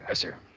ah sir.